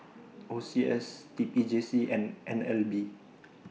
O C S T P J C and N L B